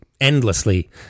endlessly